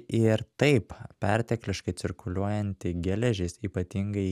ir taip pertekliškai cirkuliuojanti geležis ypatingai